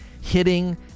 hitting